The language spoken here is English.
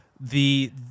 the-